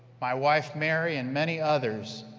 my wife mary and many others,